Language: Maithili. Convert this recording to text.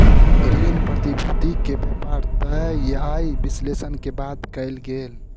ऋण प्रतिभूति के व्यापार तय आय विश्लेषण के बाद कयल गेल